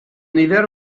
nifer